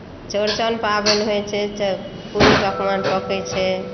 चौड़चन पाबनि होइत छै तऽ पूड़ी पकवान पकैत छै